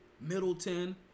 Middleton